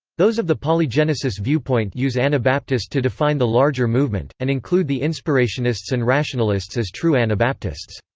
those of the polygenesis viewpoint use anabaptist to define the larger movement, and include the inspirationists and rationalists as true anabaptists.